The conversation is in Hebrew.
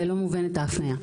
ולא מובנת ההפניה.